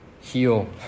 heal